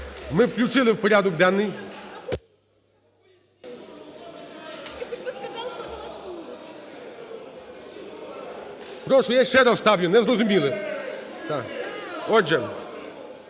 Ми включили в порядок денний. Прошу, я ще раз ставлю. Не зрозуміли. Отже,